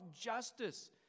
justice